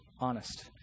Honest